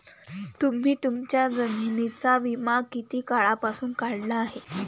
तुम्ही तुमच्या जमिनींचा विमा किती काळापासून काढला आहे?